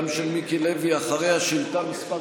גם היא של מיקי לוי, ואחריה שאילתה מס'